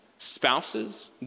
Spouses